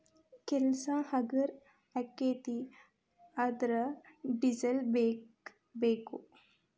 ಕೆಲಸಾ ಹಗರ ಅಕ್ಕತಿ ಆದರ ಡಿಸೆಲ್ ಬೇಕ ಬೇಕು